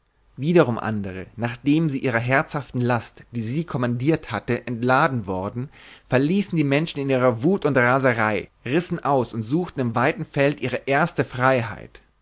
wiederum andere nachdem sie ihrer herzhaften last die sie kommandiert hatte entladen worden verließen die menschen in ihrer wut und raserei rissen aus und suchten im weiten feld ihre erste freiheit